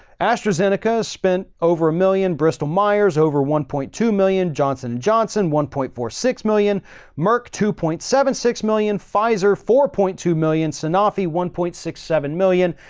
astrazeneca has spent over a million bristol meyers over one point two million johnson and johnson, one point four six million mark two point seven six million. pfizer four point two million sanafi one point six seven million.